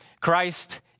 Christ